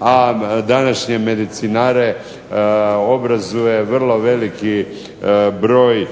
a današnje medicinare obrazuje vrlo veliki broj